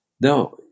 No